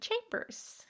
Chambers